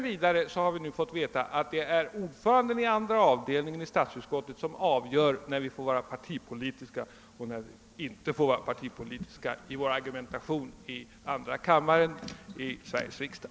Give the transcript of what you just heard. Vidare har vi nu fått veta att det är ordföranden i statsutskottets andra avdelning som avgör när vi får vara partipolitiska och när vi inte får vara det i vår argumentation i andra kammaren: i Sveriges riksdag.